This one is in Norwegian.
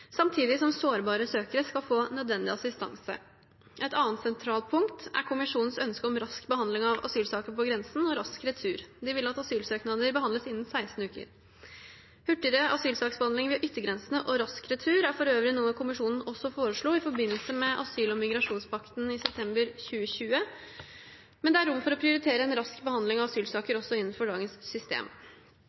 samtidig som sårbare søkere skal få nødvendig assistanse. Et annet sentralt punkt er Kommisjonens ønske om rask behandling av asylsaker på grensen og rask retur. De vil at asylsøknader behandles innen 16 uker. Hurtigere asylsaksbehandling ved yttergrensene og rask retur er for øvrig noe Kommisjonen også foreslo i forbindelse med asyl- og migrasjonspakten i september 2020, men det er rom for å prioritere en rask behandling av asylsaker også innenfor dagens system.